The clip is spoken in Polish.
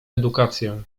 edukację